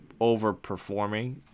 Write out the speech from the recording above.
overperforming